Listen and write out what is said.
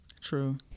true